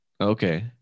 okay